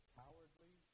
cowardly